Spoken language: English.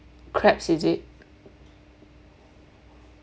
crabs is it